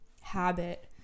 habit